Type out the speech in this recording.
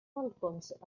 balcons